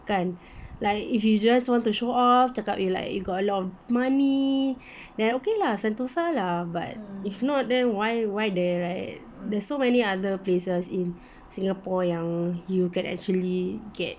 kan like if you just want to show off cakap like you like you got a lot of money then okay lah sentosa lah but if not then why why there right there's so many other places in singapore yang you can actually get